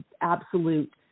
absolute